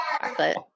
Chocolate